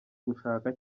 gushaka